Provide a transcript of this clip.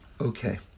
Okay